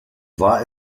war